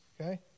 Okay